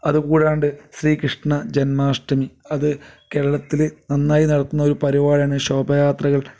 അത് കൂടാണ്ട് ശ്രീകൃഷ്ണ ജന്മാഷ്ടമി അത് കേരളത്തിൽ നന്നായി നടത്തുന്നൊരു പരിപാടിയാണ് ശോഭാ യാത്രകൾ